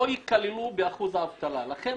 לא ייכללו באחוז האבטלה.